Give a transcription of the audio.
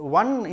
one